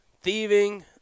Thieving